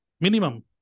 Minimum